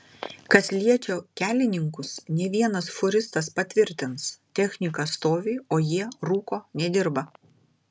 kas liečia kelininkus ne vienas fūristas patvirtins technika stovi o jie rūko nedirba